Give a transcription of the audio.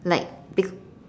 like bec~